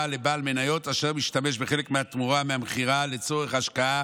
לבעל מניות אשר משתמש בחלק מהתמורה מהמכירה לצורך השקעה